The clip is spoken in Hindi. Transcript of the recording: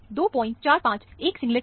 245 एक सिंगलेट है